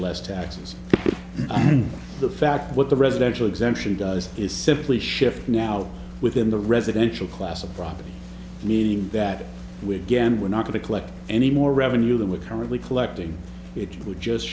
less taxes and the fact what the residential exemption does is simply shift now within the residential class of property needing that we're getting we're not going to collect any more revenue than we're currently collecting it would just